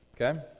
Okay